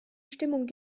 stimmung